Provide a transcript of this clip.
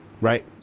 Right